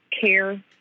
care